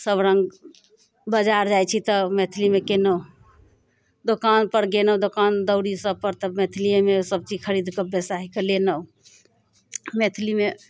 सबरङ्ग बजार जाइ छी तऽ मैथिलीमे केलहुँ दोकानपर गेलहुँ तऽ दोकान दौरी सबपर तऽ मैथिलिएमे सबचीज खरीदके बेसाहिके लेलहुँ मैथिलीमे